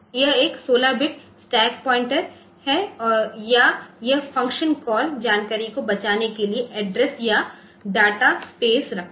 यह एक 16 bit stack pointer है या यह फ़ंक्शन कॉल जानकारी को बचाने के लिए एड्रेस या डाटा स्पेस रखता है